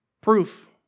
Proof